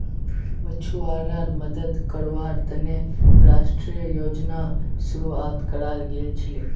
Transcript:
मछुवाराड मदद कावार तने राष्ट्रीय योजनार शुरुआत कराल गेल छीले